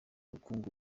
ubukungu